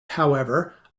however